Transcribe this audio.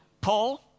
Paul